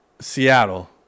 Seattle